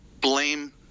blame